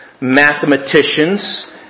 mathematicians